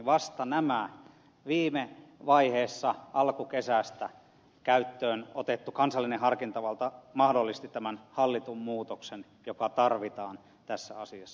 vasta tämä viime vaiheessa alkukesästä käyttöön otettu kansallinen harkintavalta mahdollisti tämän hallitun muutoksen joka tarvitaan tässä asiassa